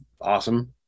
awesome